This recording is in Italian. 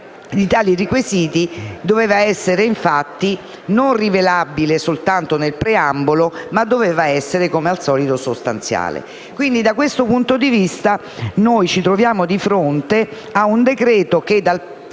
di tali requisiti doveva essere, infatti, rilevabile non soltanto nel preambolo e doveva essere, come al solito, sostanziale. Quindi, da questo punto di vista ci troviamo di fronte a un decreto che,